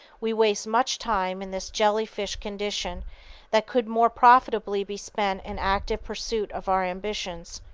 we waste much time in this jelly-fish condition that could more profitably be spent in active pursuit of our ambitions.